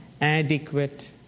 Adequate